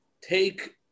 take